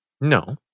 No